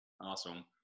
Awesome